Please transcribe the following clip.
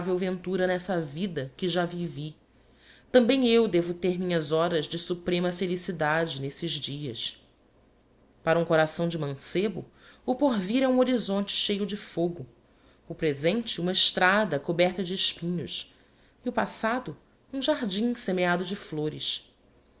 ventura nessa vida que já vivi também eu devo ter minhas horas de suprema felicidade nesses dias para um coração de mancelk o porvir é um horizonte cheio de fogo o presente uma estrada coberta de espinhos e o passado um jardim semeado de flores